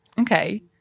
Okay